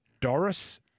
Doris